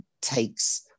takes